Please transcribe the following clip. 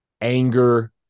Anger